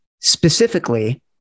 Specifically